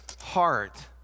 heart